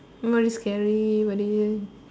very scary very